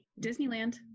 Disneyland